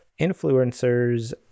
influencers